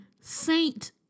Saint